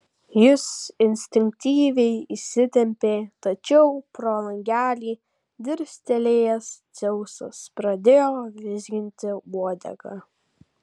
jis instinktyviai įsitempė tačiau pro langelį dirstelėjęs dzeusas pradėjo vizginti uodegą